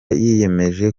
yiyemeje